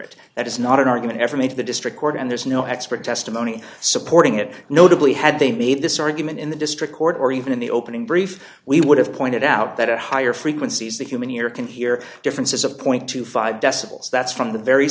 it that is not an argument ever made to the district court and there's no expert testimony supporting it notably had they made this argument in the district court or even in the opening brief we would have pointed out that at higher frequencies the human ear can hear differences a point twenty five decibels that's from the very